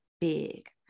big